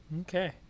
Okay